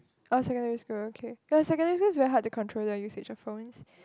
oh secondary school okay but secondary school is very hard their usage of phones